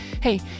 Hey